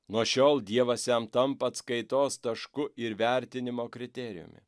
nuo šiol dievas jam tampa atskaitos tašku ir vertinimo kriterijumi